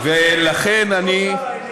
שרת התרבות והספורט עושה קצת ספורט עכשיו באפריקה,